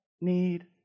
need